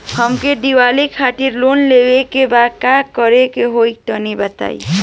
हमके दीवाली खातिर लोन लेवे के बा का करे के होई तनि बताई?